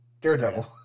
Daredevil